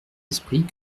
esprit